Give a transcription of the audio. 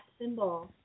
symbol